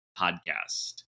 podcast